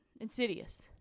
Insidious